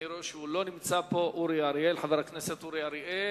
אני רואה שהוא לא נמצא פה, חבר הכנסת אורי אריאל.